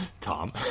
Tom